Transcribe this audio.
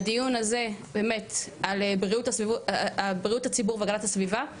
הדיון הזה באמת על בריאות הציבור והגנת הסביבה,